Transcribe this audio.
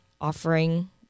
offering